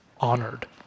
honored